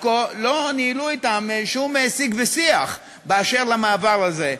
כה לא ניהלו אתם שום שיג ושיח באשר למעבר הזה.